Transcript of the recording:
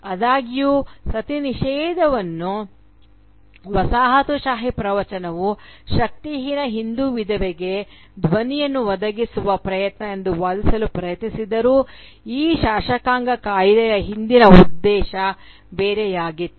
ಆದಾಗ್ಯೂ ಸತಿ ನಿಷೇಧವನ್ನು ವಸಾಹತುಶಾಹಿ ಪ್ರವಚನವು ಶಕ್ತಿಹೀನ ಹಿಂದೂ ವಿಧವೆಗೆ ಧ್ವನಿಯನ್ನು ಒದಗಿಸುವ ಪ್ರಯತ್ನ ಎಂದು ವಾದಿಸಲು ಪ್ರಯತ್ನಿಸಿದರೂ ಈ ಶಾಸಕಾಂಗ ಕಾಯ್ದೆಯ ಹಿಂದಿನ ಉದ್ದೇಶ ಬೇರೆಯಾಗಿತ್ತು